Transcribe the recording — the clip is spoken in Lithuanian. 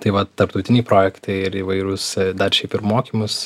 tai vat tarptautiniai projektai ir įvairūs dar šiaip ir mokymus